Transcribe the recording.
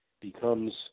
becomes –